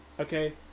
Okay